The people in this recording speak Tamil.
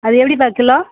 அது எப்படிப்பா கிலோ